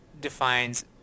defines